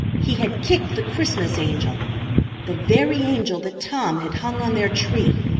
he had kicked the christmas angel the very angel that tom had hung on their tree!